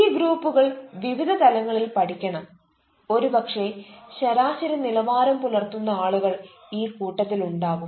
ഈ ഗ്രൂപ്പുകൾ വിവിധ തലങ്ങളിൽ പഠിക്കണം ഒരുപക്ഷേ ശരാശരി നിലവാരം പുലർത്തുന്ന ആളുകൾ ഈ കൂട്ടത്തിൽ ഉണ്ടാകും